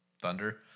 Thunder